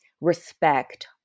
respect